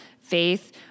faith